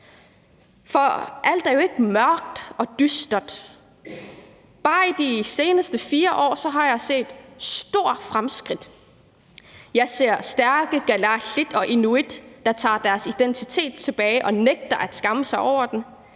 Alt er jo ikke mørkt og dystert. Bare de seneste 4 år har jeg set store fremskridt. Jeg ser stærke kalaallit og inuit, der tager deres identitet tilbage og nægter at skamme sig over den.